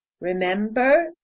Remember